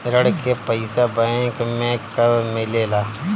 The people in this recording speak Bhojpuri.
ऋण के पइसा बैंक मे कब मिले ला?